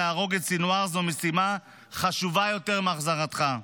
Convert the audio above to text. להרוג את סנוואר זו משימה חשובה יותר מהחזרתך,